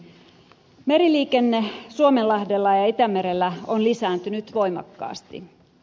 meriliikenne suomenlahdella ja itämerellä on lisääntynyt voimakkaasti